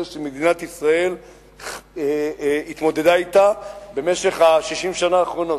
שמדינת ישראל התמודדה אתה במשך 60 השנה האחרונות.